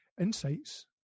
insights